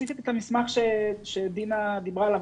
ספציפית את המסמך שדינה דיברה עליו,